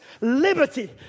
liberty